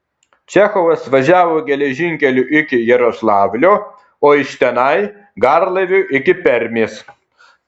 čechovas važiavo geležinkeliu iki jaroslavlio o iš tenai garlaiviu iki permės